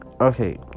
Okay